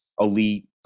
elite